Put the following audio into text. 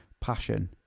passion